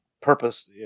purpose